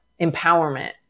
empowerment